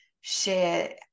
share